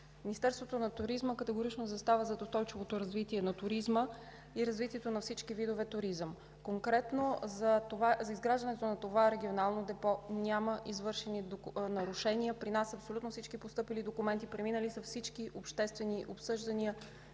Министерството на туризма категорично застава зад устойчивото развитие на туризма и развитието на всички видове туризъм. Конкретно за изграждането на това регионално депо няма извършени нарушения. При нас са абсолютно всички постъпили документи. Преминали са всички обществени обсъждания